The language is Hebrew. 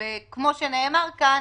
וכמו שנאמר כאן,